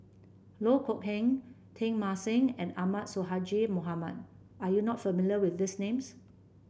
Loh Kok Heng Teng Mah Seng and Ahmad Sonhadji Mohamad are you not familiar with these names